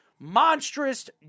Monstrous